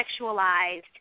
sexualized